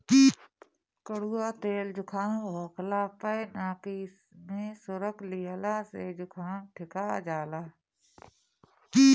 कड़ुआ तेल जुकाम होखला पअ नाकी में सुरुक लिहला से जुकाम ठिका जाला